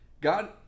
God